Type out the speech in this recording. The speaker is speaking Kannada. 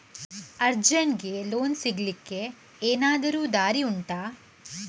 ಅರ್ಜೆಂಟ್ಗೆ ಲೋನ್ ಸಿಗ್ಲಿಕ್ಕೆ ಎನಾದರೂ ದಾರಿ ಉಂಟಾ